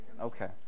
Okay